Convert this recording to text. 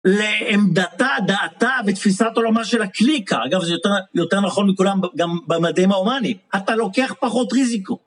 לעמדתה, דעתה ותפיסת עולמה של הקליקה, אגב, זה יותר נכון מכולם גם במדעים ההומאנים, אתה לוקח פחות ריזיקו.